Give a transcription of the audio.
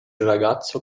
ragazzo